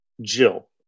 Jill